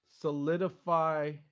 solidify